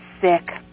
sick